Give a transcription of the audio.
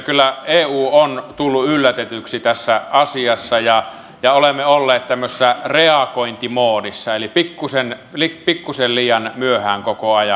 kyllä eu on tullut yllätetyksi tässä asiassa ja olemme olleet tämmöisessä reagointimoodissa eli pikkusen liian myöhään koko ajan